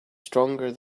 stronger